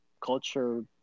culture